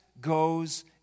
goes